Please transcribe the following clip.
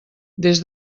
des